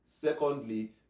Secondly